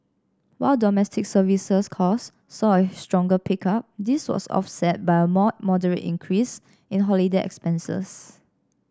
while domestic services cost saw a stronger pickup this was offset by a more moderate increase in holiday expenses